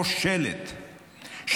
כושלת,